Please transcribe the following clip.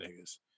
niggas